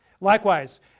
Likewise